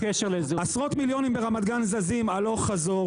עשרות מיליונים ברמת גן זזים הלוך חזור,